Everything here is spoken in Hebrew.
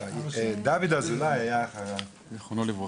דוד אזולאי, היה --- זכרונו לברכה.